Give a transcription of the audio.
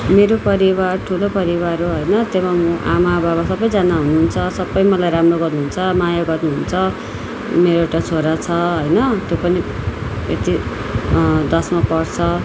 मेरो परिवार ठुलो परिवार हो होइन त्यसमा आमा बाबा सबैजना हुनु हुन्छ सबै मलाई राम्रो गर्नु हुन्छ माया गर्नु हुन्छ मेरो एउटा छोरा छ होइन त्यो पनि यति दसमा पढ्छ